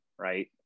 right